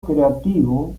creativo